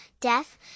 death